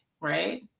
right